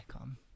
on